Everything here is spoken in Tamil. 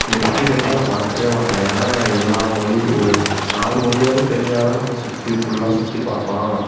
எக்ஸ்பீரியன்ஸை நான் மறக்கவே மாட்டேன் ஏன்னால் எல்லா மொழி ஒரு நாலு மொழியாவது தெரிஞ்சால் தான் நம்ம சுற்றி ஃபுல்லா சுற்றி பார்க்கலாம்